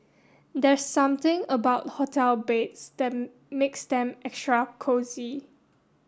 there's something about hotel beds that makes them extra cosy